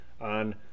on